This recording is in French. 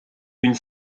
une